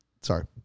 Sorry